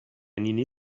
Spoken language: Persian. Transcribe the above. نینی